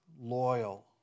loyal